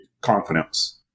confidence